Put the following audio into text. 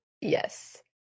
Yes